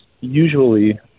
usually